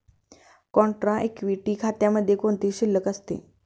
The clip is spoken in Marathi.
कॉन्ट्रा इक्विटी खात्यामध्ये कोणती शिल्लक असते?